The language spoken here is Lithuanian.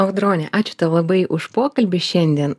audrone ačiū tau labai už pokalbį šiandien